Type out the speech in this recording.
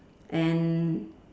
and